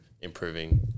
improving